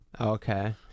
Okay